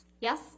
Yes